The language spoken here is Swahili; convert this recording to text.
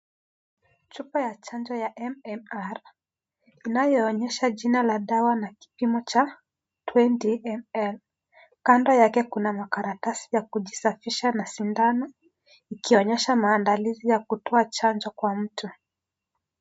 Chupa la chanjo cha MMR inayoonyesha jina ls dawa ya kipimo cha 20ml kando yake kuna makaratasi ya kujisafisha na shindano ikionyesha maandalizi ya kutoa chanjo kwa mtu.